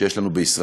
שיש לנו בישראל,